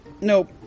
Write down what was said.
Nope